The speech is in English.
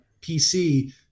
PC